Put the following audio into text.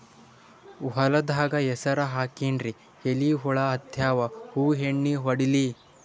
ಹೊಲದಾಗ ಹೆಸರ ಹಾಕಿನ್ರಿ, ಎಲಿ ಹುಳ ಹತ್ಯಾವ, ಯಾ ಎಣ್ಣೀ ಹೊಡಿಲಿ?